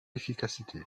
efficacité